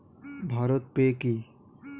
ভারত পে কি?